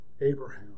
Abraham